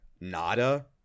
Nada